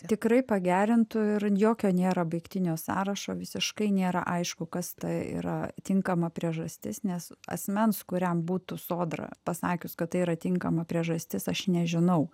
tikrai pagerintų ir jokio nėra baigtinio sąrašo visiškai nėra aišku kas ta yra tinkama priežastis nes asmens kuriam būtų sodra pasakius kad tai yra tinkama priežastis aš nežinau